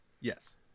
Yes